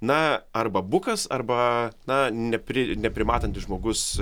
na arba bukas arba na nepri neprimatantis žmogus